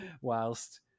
whilst